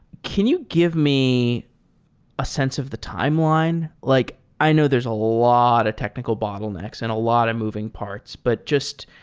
can you give me a sense of the timeline? like i know there's a lot of technical bottlenecks and a lot of moving parts, but just